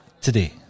today